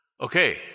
Okay